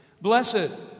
Blessed